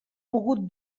pogut